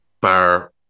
Bar